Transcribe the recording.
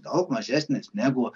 daug mažesnės negu